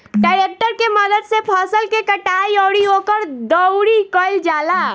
tractor के मदद से फसल के कटाई अउरी ओकर दउरी कईल जाला